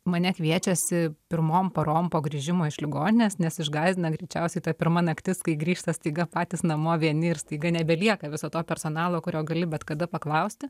mane kviečiasi pirmom parom po grįžimo iš ligoninės nes išgąsdina greičiausiai ta pirma naktis kai grįžta staiga patys namo vieni ir staiga nebelieka viso to personalo kurio gali bet kada paklausti